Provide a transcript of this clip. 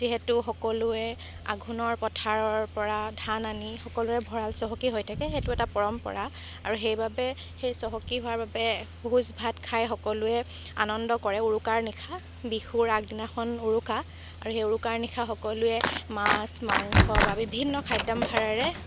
যিহেতু সকলোৱে আঘোণৰ পথাৰৰ পৰা ধান আনি সকলোৰে ভঁৰাল চহকী হৈ থাকে সেইটো এটা পৰম্পৰা আৰু সেইবাবে সেই চহকী হোৱাৰ বাবে ভোজ ভাত খায় সকলোৱে আনন্দ কৰে উৰুকাৰ নিশা বিহুৰ আগদিনাখন উৰুকা আৰু সেই উৰুকাৰ নিশা সকলোৱে মাছ মাংস বা বিভিন্ন খাদ্যম্ভাৰেৰে